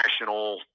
national